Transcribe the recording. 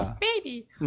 Baby